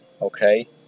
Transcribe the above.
okay